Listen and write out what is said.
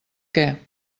què